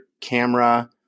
camera